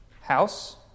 House